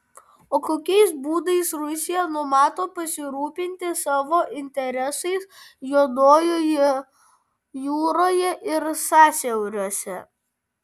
o kokiais būdais rusija numato pasirūpinti savo interesais juodojoje jūroje ir sąsiauriuose